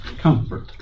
comfort